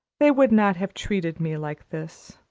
they would not have treated me like this.